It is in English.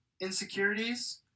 insecurities